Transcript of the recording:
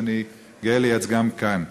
שאני גאה לייצגם כאן.